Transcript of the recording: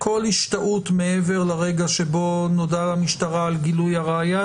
כל השתהות מעבר לרגע שבו נודע למשטרה על גילוי הראיה,